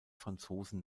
franzosen